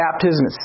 baptism